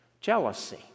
Jealousy